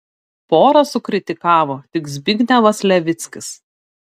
porą sukritikavo tik zbignevas levickis